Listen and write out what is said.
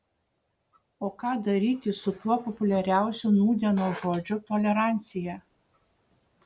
o ką daryti su tuo populiariausiu nūdienos žodžiu tolerancija